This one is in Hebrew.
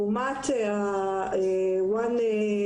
לעומת זאת,